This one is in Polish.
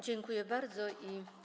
Dziękuję bardzo.